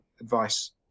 advice